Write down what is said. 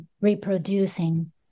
reproducing